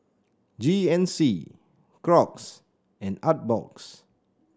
G N C Crocs and Artbox